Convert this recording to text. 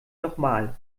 nochmal